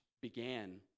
began